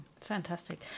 Fantastic